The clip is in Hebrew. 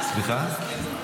סליחה?